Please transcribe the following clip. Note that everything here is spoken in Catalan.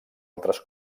altres